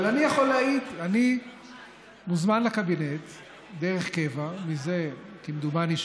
אבל אני מוזמן לקבינט דרך קבע מזה שנה, כמדומני,